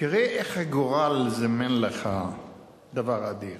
תראה איך הגורל זימן לך דבר אדיר.